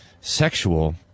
sexual